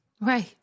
right